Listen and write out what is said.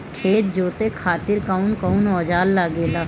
खेत जोते खातीर कउन कउन औजार लागेला?